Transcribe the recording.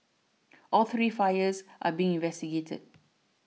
all three fires are being investigated